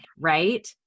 right